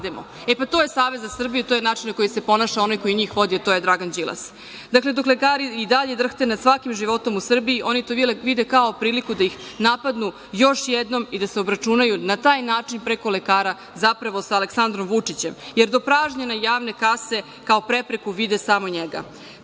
To je Savez za Srbiju i to je način na koji se ponaša onaj koji njih vodi, a to je Dragan Đilas. Dakle, dok lekari i dalje drhte nad svakim životom u Srbiji, oni to vide kao priliku da ih napadnu još jednom i da se obračunaju na taj način preko lekara zapravo sa Aleksandrom Vučićem, jer do pražnjene javne kase kao prepreku vide samo njega. Čak